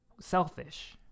selfish